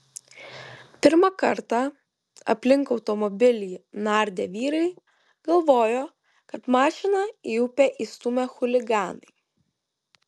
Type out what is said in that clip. pirmą kartą aplink automobilį nardę vyrai galvojo kad mašiną į upę įstūmė chuliganai